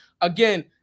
again